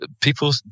people